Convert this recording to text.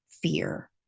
fear